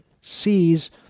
sees